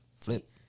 Flip